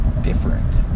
different